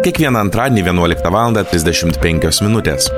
kiekvieną antradienį vienuoliktą valandą trisdešimt penkios minutės